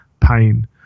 pain